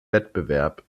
wettbewerb